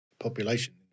population